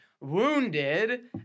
wounded